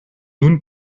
nun